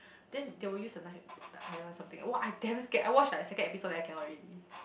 then they will use the knife like something right !wah! I damn scared I watch like second episode then I cannot already